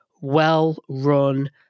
well-run